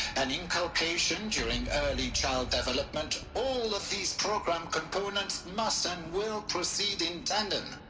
and inculcation during early child development, all of these program components must and will proceed in tandem.